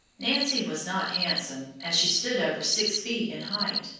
nancy was not handsome, as she stood over six feet in height,